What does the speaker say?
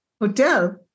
hotel